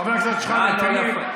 חבר הכנסת שחאדה, תן לי,